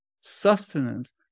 sustenance